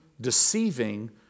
deceiving